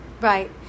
Right